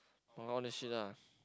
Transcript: wanna shit ah